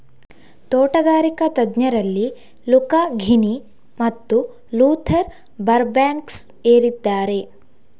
ತೋಟಗಾರಿಕಾ ತಜ್ಞರಲ್ಲಿ Luca Ghini ಮತ್ತು ಲೂಥರ್ ಬರ್ಬ್ಯಾಂಕ್ಸ್ ಏರಿದ್ದಾರೆ